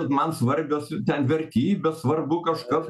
man svarbios ten vertybės svarbu kažkas